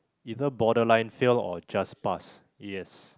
either borderline fail or just pass yes